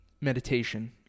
meditation